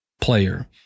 player